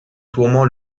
tourment